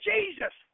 Jesus